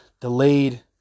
delayed